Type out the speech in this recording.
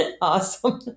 awesome